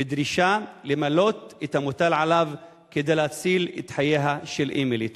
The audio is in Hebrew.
בדרישה למלא את המוטל עליו כדי להציל את חייה של אמילי.